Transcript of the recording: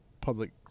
public